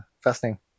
fascinating